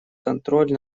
контроль